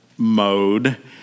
mode